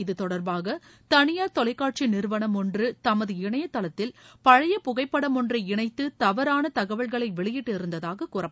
இதுதொடர்பாக தனியார் தொலைக்காட்சி நிறுவனம் ஒன்று தமது இணையதளத்தில் பழைய புகைப்படம் ஒன்றை இணைத்து தவறான தகவல்களை வெளியிட்டு இருந்ததாகக் கூறப்படுகிறது